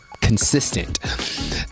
consistent